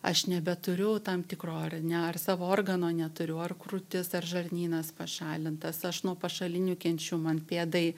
aš nebeturiu tam tikro ar ne ar savo organo neturiu ar krūtis ar žarnynas pašalintas aš nuo pašalinių kenčiu man pėdai